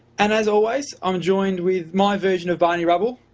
and as always, i'm joined with my version of barney rubble,